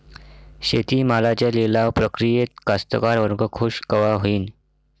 शेती मालाच्या लिलाव प्रक्रियेत कास्तकार वर्ग खूष कवा होईन?